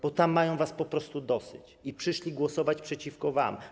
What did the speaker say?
Bo tam mają was po prostu dosyć i przyszli głosować przeciwko wam.